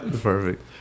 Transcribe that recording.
Perfect